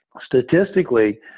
Statistically